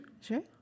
Sure